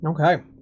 Okay